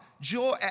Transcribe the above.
joy